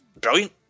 brilliant